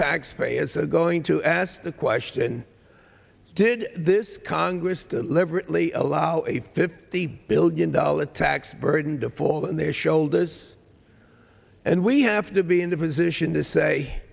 taxpayers are going to ask the question did this congress to leverage really allow a fifty billion dollar tax burden to fall on their shoulders and we have to be in the position to say